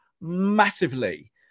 massively